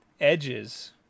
edges